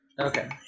okay